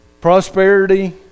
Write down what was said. prosperity